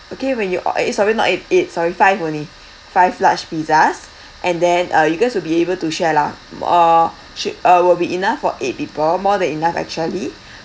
okay when you uh eig~ sorry not eight eight sorry five only five large pizzas and then uh you guys will be able to share lah uh should uh will be enough for eight people more than enough actually